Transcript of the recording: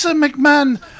McMahon